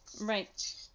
Right